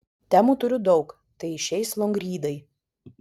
temų turiu daug tai išeis longrydai